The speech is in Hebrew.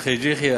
חאג' יחיא,